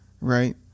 right